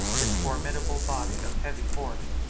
this formidable body of heavy horse.